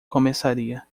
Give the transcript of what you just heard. começaria